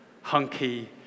hunky